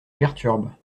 perturbe